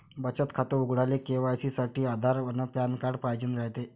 बचत खातं उघडाले के.वाय.सी साठी आधार अन पॅन कार्ड पाइजेन रायते